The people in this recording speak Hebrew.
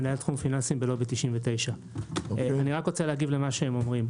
מנהל תחום פיננסים בלובי 99. אני רק רוצה להגיב למה שהם אומרים.